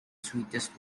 sweetest